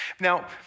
Now